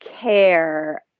care